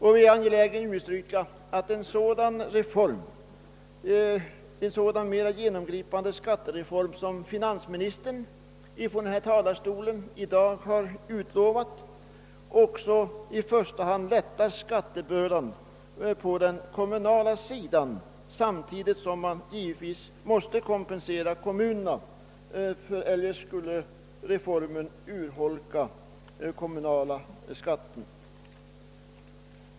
Vi är angelägna om att understryka att en sådan mer genomgripande skattereform, som finansministern från denna talarstol i dag har utlovat, också i första hand lättar skattebördan på den kommunala sidan. Samtidigt måste man givetvis kompen-: sera kommunerna. Eljest skulle refor-- men urholka den kommunala skatten.